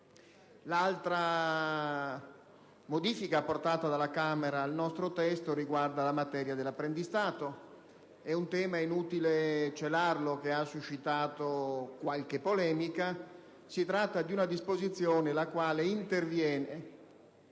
L'altra modifica apportata dalla Camera al nostro testo riguarda la materia dell'apprendistato. È inutile celare che questo tema ha suscitato qualche polemica. Si tratta di una disposizione la quale interviene